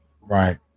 right